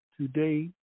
today